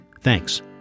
Thanks